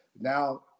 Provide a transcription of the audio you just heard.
now